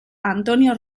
antonio